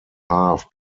half